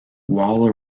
while